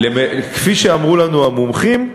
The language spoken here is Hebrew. כפי שאמרו לנו המומחים,